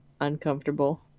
Uncomfortable